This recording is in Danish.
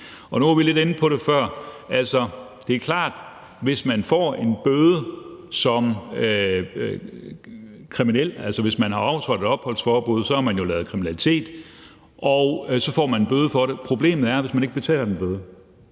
Og nu var vi lidt inde på det før: Det er klart, at hvis man får en bøde som kriminel – altså, hvis man har overtrådt et opholdsforbud, har man jo lavet kriminalitet, og så får man en bøde for det – og man ikke betaler den bøde,